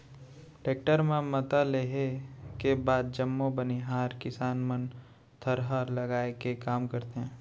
tractor म मता लेहे के बाद जम्मो बनिहार किसान मन थरहा लगाए के काम करथे